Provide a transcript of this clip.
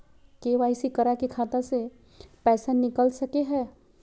KYC करा के खाता से पैसा निकल सके हय?